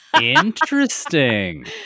Interesting